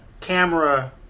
camera